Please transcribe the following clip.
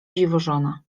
dziwożona